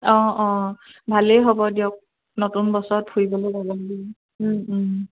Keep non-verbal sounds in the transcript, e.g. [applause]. অঁ অঁ ভালেই হ'ব দিয়ক নতুন বছৰত ফুৰিবলৈ [unintelligible]